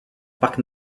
parc